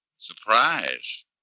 Surprise